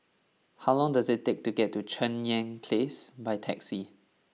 how long does it take to get to Cheng Yan Place by taxi